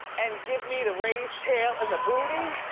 and give me the raised tail and the booty?